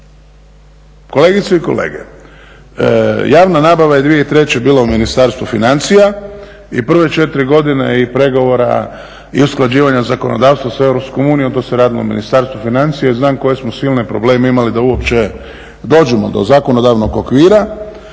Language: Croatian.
Kolegice i kolege, javna nabava je 2003. bila u Ministarstvu financija i prve četiri godine i pregovora i usklađivanja zakonodavstva sa EU to se radilo u Ministarstvu financija i znam koje smo silne probleme imali da uopće dođemo do zakonodavnog okvira.